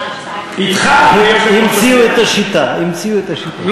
אתך, המציאו את השיטה, המציאו את השיטה.